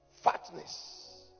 fatness